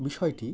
বিষয়টি